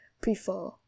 prefer